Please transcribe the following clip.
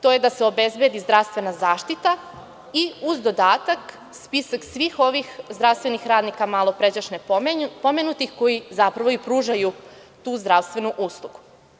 To je da se obezbedi zdravstvena zaštita i uz dodatak spisak svih ovih zdravstvenih radnika malopređašnje pomenutih koji zapravo i pružaju tu zdravstvenu uslugu.